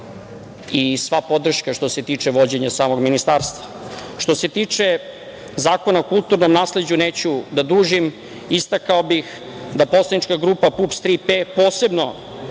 i sva podrška što se tiče vođenja samog ministarstva. Što se tiče Zakona o kulturnom nasleđu, neću da dužim. Istakao bih da poslanička grupa PUPS – Tri P posebno